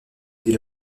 dit